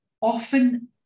often